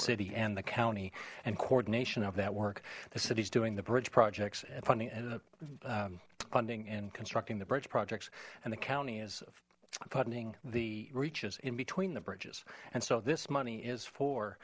city and the county and coordination of that work the city's doing the bridge projects and funding funding in constructing the bridge projects and the county is funding the reaches in between the bridges and so this money is for